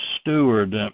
steward